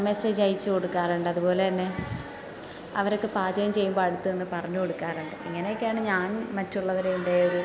message അയച്ച് കൊടുക്കാറുണ്ട് അതുപോലെ തന്നെ അവരൊക്കെ പാചകം ചെയ്യുമ്പോൾ അടുത്ത് നിന്ന് പറഞ്ഞ് കൊടുക്കാറുണ്ട് ഇങ്ങനൊക്കെയാണ് ഞാൻ മറ്റുള്ളവരെ എൻ്റെ ഒരു